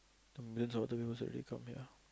the millions out there that's already come here